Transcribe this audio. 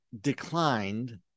declined